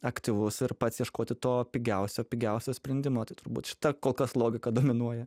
aktyvus ir pats ieškoti to pigiausio pigiausio sprendimo tai turbūt šita kol kas logika dominuoja